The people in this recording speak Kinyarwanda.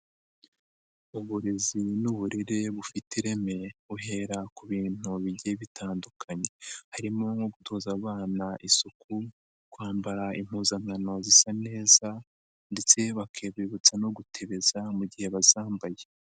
Uburezi n'uburere bufite ireme, buhera ku bintu bigiye bitandukanye. Harimo nko gutoza abana isuku, kwambara impuzankano zisa neza ndetse bakabibutsa no gutebeza mu gihe bazambaye.